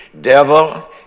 Devil